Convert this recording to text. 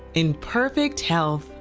in perfect health.